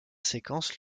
séquence